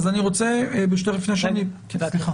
אז אני רוצה, ברשותך, לפני שאני סליחה.